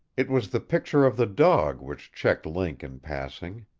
it was the picture of the dog which checked link in passing.